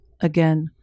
Again